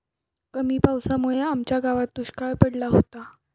कमी पावसामुळे आमच्या गावात दुष्काळ पडला होता